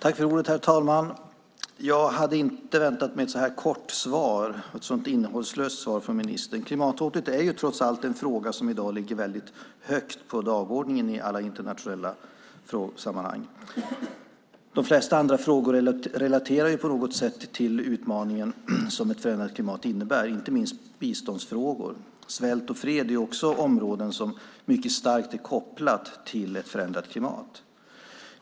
Herr talman! Jag hade inte väntat mig ett så här kort svar och ett sådant innehållslöst svar från ministern. Klimathotet är trots allt en fråga som i dag ligger högt på dagordningen i alla internationella sammanhang. De flesta andra frågor relaterar på något sätt till den utmaning som ett förändrat klimat innebär, inte minst biståndsfrågor. Svält och fred är också områden som mycket starkt är kopplade till ett förändrat klimat.